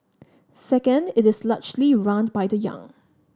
second it is largely run by the young